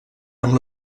amb